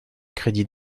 crédit